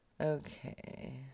Okay